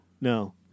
no